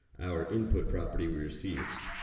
our input property we received,